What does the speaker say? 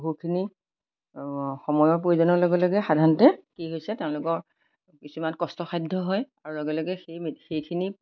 বহুখিনি সময়ৰ প্ৰয়োজনৰ লগে লগে সাধাৰণতে কি হৈছে তেওঁলোকৰ কিছুমান কষ্টসাধ্য হয় আৰু লগে লগে সেই সেইখিনি